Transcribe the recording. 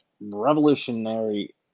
revolutionary